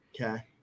Okay